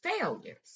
failures